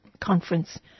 conference